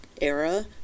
era